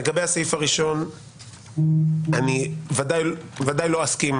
לגבי הסעיף הראשון אני בוודאי לא אסכים